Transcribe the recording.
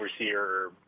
overseer